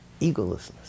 egolessness